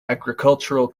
agricultural